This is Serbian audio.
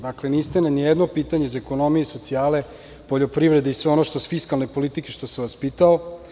Dakle, niste odgovorili ni na jedno pitanje iz ekonomije i socijale, poljoprivrede i sve ono što se tiče fiskalne politike, što sam vas pitao.